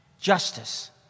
justice